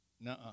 no